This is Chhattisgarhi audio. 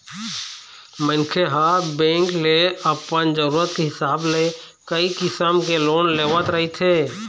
मनखे ह बेंक ले अपन जरूरत के हिसाब ले कइ किसम के लोन लेवत रहिथे